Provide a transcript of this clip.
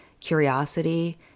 curiosity